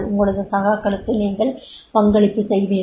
உங்களது சகாக்களுக்கு நீங்கள் பங்களிப்பு செய்வீர்கள்